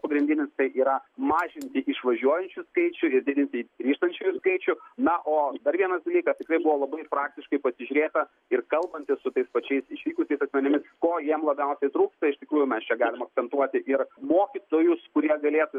pagrindinis tai yra mažinti išvažiuojančių skaičių ir didinti grįžtančiųjų skaičių na o dar vienas dalykas tikrai buvo labai praktiškai pasižiūrėta ir kalbantis su tais pačiais išvykusiais asmenimis ko jiem labiausiai trūksta iš tikrųjų mes čia galim akcentuoti ir mokytojus kurie galėtų